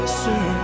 sir